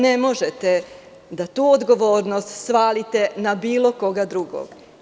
Ne možete da tu odgovornost svalite na bilo koga drugog.